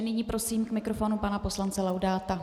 Nyní prosím k mikrofonu pana poslance Laudáta.